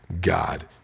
God